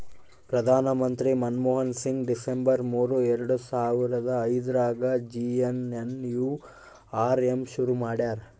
ಪ್ರಧಾನ ಮಂತ್ರಿ ಮನ್ಮೋಹನ್ ಸಿಂಗ್ ಡಿಸೆಂಬರ್ ಮೂರು ಎರಡು ಸಾವರ ಐದ್ರಗಾ ಜೆ.ಎನ್.ಎನ್.ಯು.ಆರ್.ಎಮ್ ಶುರು ಮಾಡ್ಯರ